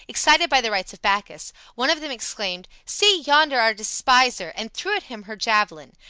excited by the rites of bacchus, one of them exclaimed, see yonder our despiser! and threw at him her javelin.